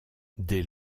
dès